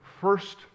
first